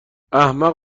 احمق